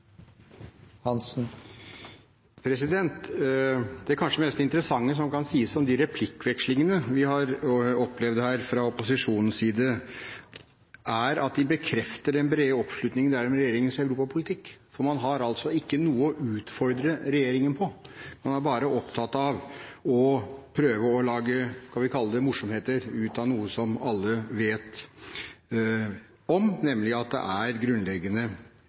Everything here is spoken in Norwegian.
Det kanskje mest interessante som kan sies om replikkvekslingene vi har opplevd her fra opposisjonens side, er at de bekrefter den brede oppslutningen om regjeringens europapolitikk. Man har altså ikke noe å utfordre regjeringen på. Man er bare opptatt av å prøve å lage det vi kan kalle morsomheter ut av noe som alle vet om, nemlig at det er grunnleggende